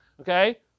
Okay